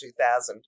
2000